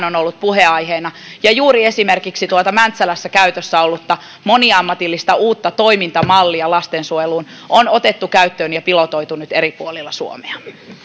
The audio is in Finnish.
on ollut puheenaiheena ja juuri esimerkiksi mäntsälässä käytössä ollutta moniammatillista uutta toimintamallia lastensuojeluun on otettu käyttöön ja pilotoitu nyt eri puolilla suomea